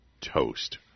toast